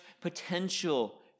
potential